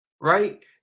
right